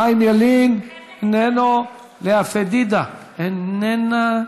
חיים ילין, איננו, לאה פדידה, איננה,